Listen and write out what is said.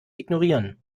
ignorieren